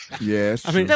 Yes